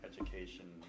education